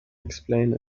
explain